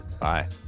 Bye